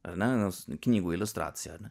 ar ne nes knygų iliustracija ar ne